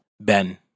Ben